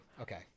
Okay